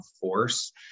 Force